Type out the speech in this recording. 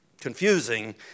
confusing